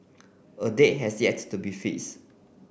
a date has yet to be face